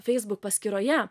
facebook paskyroje